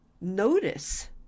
Notice